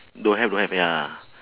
don't have don't have ya